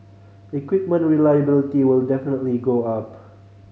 equipment reliability will definitely go up